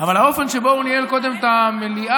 אבל האופן שבו הוא ניהל קודם את המליאה,